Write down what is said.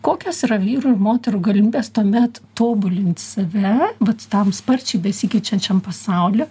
kokios yra vyrų ir moterų galimybės tuomet tobulint save vat tam sparčiai besikeičiančiam pasauly